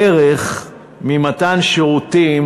הערך ממתן שירותים,